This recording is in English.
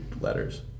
letters